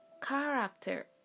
character